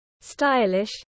stylish